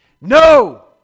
No